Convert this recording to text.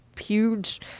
huge